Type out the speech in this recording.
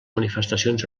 manifestacions